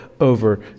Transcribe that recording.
over